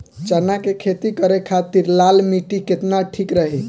चना के खेती करे के खातिर लाल मिट्टी केतना ठीक रही?